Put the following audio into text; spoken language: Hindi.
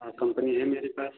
हाँ कम्पनी है मेरे पास